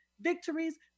victories